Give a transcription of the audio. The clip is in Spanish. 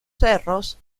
cerros